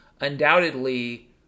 Undoubtedly